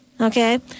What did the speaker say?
Okay